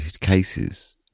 cases